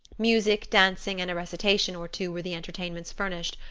music, dancing, and a recitation or two were the entertainments furnished,